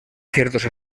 ciertos